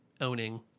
owning